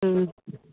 ہوں